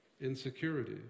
insecurity